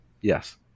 yes